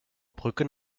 brücke